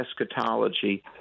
eschatology